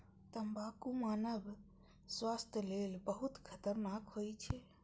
तंबाकू मानव स्वास्थ्य लेल बहुत खतरनाक होइ छै